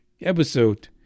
episode